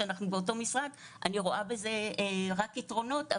כשאנחנו באותו משרד - אני רואה בזה רק יתרונות.